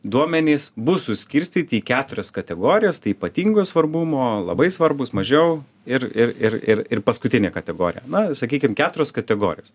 duomenys bus suskirstyti į keturias kategorijas tai ypatingo svarbumo labai svarbūs mažiau ir ir ir ir ir paskutinė kategorija na sakykim keturios kategorijos